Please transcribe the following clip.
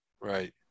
Right